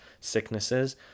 sicknesses